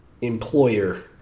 employer